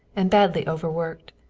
and badly overworked.